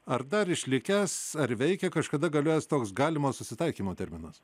ar dar išlikęs ar veikia kažkada galiojęs toks galimo susitaikymo terminas